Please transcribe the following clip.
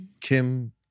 Kim